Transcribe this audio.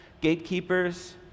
gatekeepers